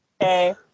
Okay